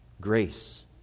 Grace